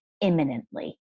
imminently